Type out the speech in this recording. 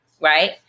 right